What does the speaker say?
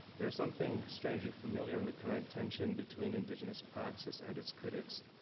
there's something strangely familiar in the current tension between indigenous praxis and its critics.